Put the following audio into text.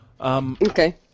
Okay